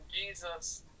Jesus